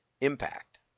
impact